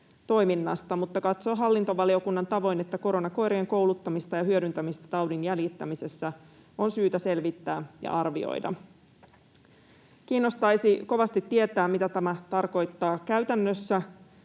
mutta katsoo hallintovaliokunnan tavoin, että koronakoirien kouluttamista ja hyödyntämistä taudin jäljittämisessä on syytä selvittää ja arvioida. Kiinnostaisi kovasti tietää, mitä tämä tarkoittaa käytännössä.